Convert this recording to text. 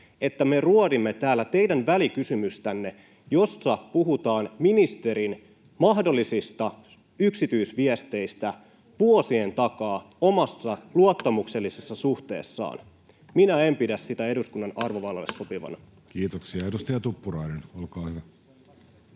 että me ruodimme täällä teidän välikysymystänne, jossa puhutaan ministerin mahdollisista yksityisviesteistä vuosien takaa omassa luottamuksellisessa suhteessaan? Minä en pidä sitä eduskunnan arvovallalle sopivana. [Speech 101] Speaker: Jussi